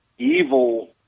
evil